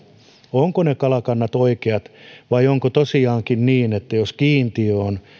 ovatko kalakannat oikeat vai onko tosiaankin niin että jos kiintiö on